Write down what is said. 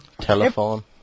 telephone